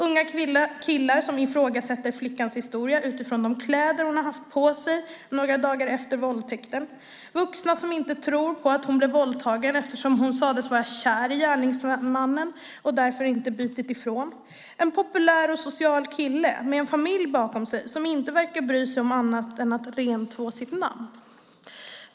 Unga killar som ifrågasätter flickans historia utifrån de kläder hon skulle haft på sig några dagar efter våldtäkten. Vuxna som inte tror på att hon blev våldtagen eftersom hon sades vara kär i gärningsmannen och därför inte 'bitit ifrån'. En populär och social kille med en familj bakom sig som inte verkar bry sig om annat än att rentvå sitt namn.